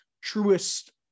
truest